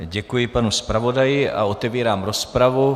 Děkuji panu zpravodaji a otevírám rozpravu.